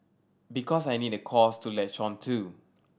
because I need a cause to latch on to